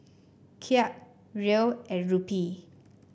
Kyat Riel and Rupee